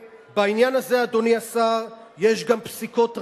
בעניין הזה, אדוני השר, יש גם פסיקות רבנים.